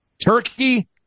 Turkey